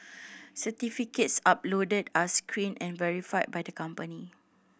certificates uploaded are screened and verified by the company